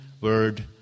word